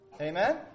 Amen